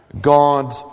God